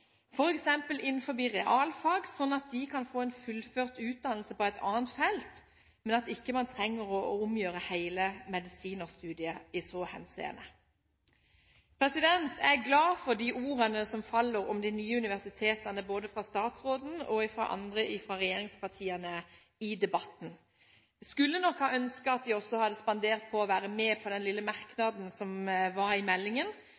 realfag, slik at de kan fullføre en utdannelse på et annet felt. Man trenger ikke å omgjøre hele medisinstudiet i så henseende. Jeg er glad for ordene om de nye universitetene i debatten – både fra statsråden og fra andre i regjeringspartiene. Jeg skulle nok ønske at regjeringspartiene også hadde spandert å være med på den lille merknaden i